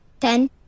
Ten